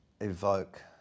evoke